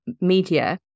media